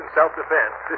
self-defense